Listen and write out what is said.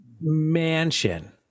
mansion